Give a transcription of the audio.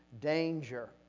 danger